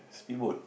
speedboat